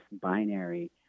binary